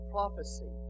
Prophecy